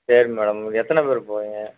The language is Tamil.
சரிங்க மேடம் நீங்கள் எத்தனை பேர் போகிறீங்க